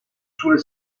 sulle